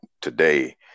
today